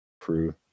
crew